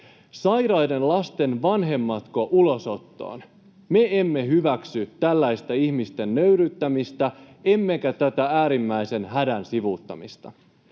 Sairaiden lasten vanhemmatko ulosottoon? Me emme hyväksy tällaista ihmisten nöyryyttämistä, emmekä tätä äärimmäisen hädän sivuuttamista.